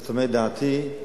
זאת אומרת, דעתי היא,